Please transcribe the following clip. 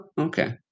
okay